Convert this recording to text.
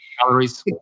Calories